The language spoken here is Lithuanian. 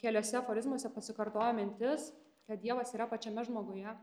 keliuose aforizmuose pasikartoja mintis kad dievas yra pačiame žmoguje